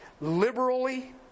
liberally